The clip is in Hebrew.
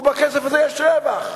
בכסף הזה יש רווח.